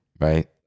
right